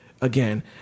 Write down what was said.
Again